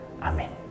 Amen